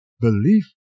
belief